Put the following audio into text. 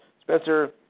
Spencer